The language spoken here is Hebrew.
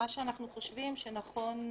מה שאנחנו חושבים שנכון,